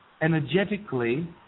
energetically